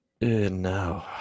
No